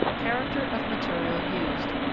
character of material used.